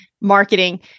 marketing